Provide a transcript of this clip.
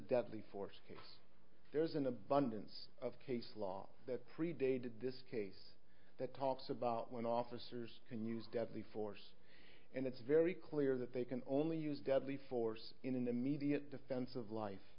deadly force case there's an abundance of case law that predated this case that talks about when officers can use deadly force and it's very clear that they can only use deadly force in an immediate defense of life